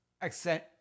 accent